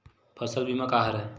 फसल बीमा का हरय?